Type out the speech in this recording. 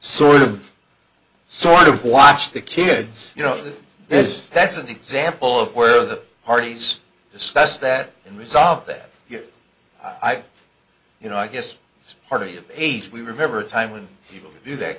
sort of sort of watch the kids you know it's that's an example of where the parties discuss that unresolved that i've you know i guess it's part of you age we remember a time when people do that